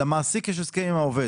למעסיק יש הסכם עם העובד.